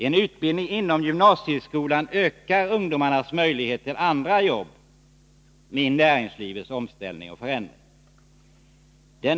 En utbildning inom gymnasieskolan ökar ungdomarnas möjligheter till andra jobb vid omställningar och förändringar i näringslivet.